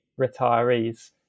retirees